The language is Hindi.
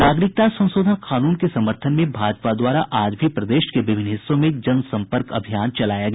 नागरिकता संशोधन कानून के समर्थन में भाजपा द्वारा आज भी प्रदेश के विभिन्न हिस्सों में जनसंपर्क अभियान चलाया गया